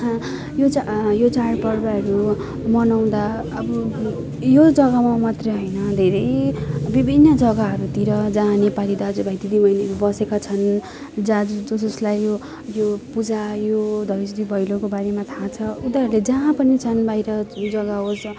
यो चैँ यो चाड पर्वहरू मनाउँदा अब यो जग्गामा मात्रै होइन धेरै विभिन्न जगाहरूतिर जहाँ नेपाली दाजुभाइ दिदीबहिनीहरू बसेका छन् जहाँ जस जसलाई यो पूजा यो देउसी भैलोको बारेमा थाह छ उनीहरूले जहाँ पनि छन् बाहिर जग्गा होस्